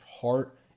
heart